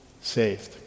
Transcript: Saved